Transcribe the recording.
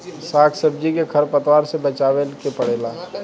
साग सब्जी के खर पतवार से बचावे के पड़ेला